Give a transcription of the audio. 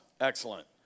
Excellent